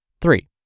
Three